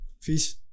fish